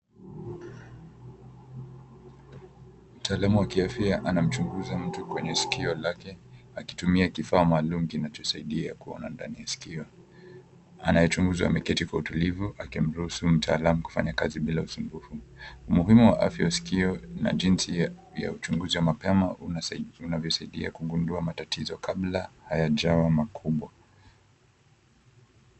Mtaalamu wa kiafya anamchunguza mtu kwenye sikio lake akitumia kifaa maalum kinachosaidia kuona ndani ya sikio. Anayechunguzwa ameketi kwa utulivu, akimruhusu mtaalamu kufanya kazi bila usumbufu. Umuhimu wa afya wa sikio na jinsi ya uchunguzi wa mapema unavyosaidia kugundua matatizo kabla hayajawa makubwa.